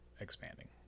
expanding